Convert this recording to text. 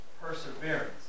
perseverance